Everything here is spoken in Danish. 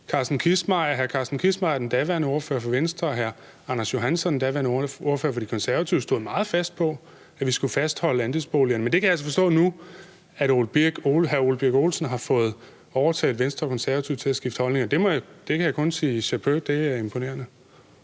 Carsten Kissmeyer, den daværende ordfører for Venstre, og hr. Anders Johansson, den daværende ordfører for De Konservative, stod meget fast på, at vi skulle fastholde andelsboligerne, men jeg kan så forstå nu, at hr. Ole Birk Olesen har fået overtalt Venstre og Konservative til at skifte holdning. Det kan jeg kun sige chapeau til, altså tage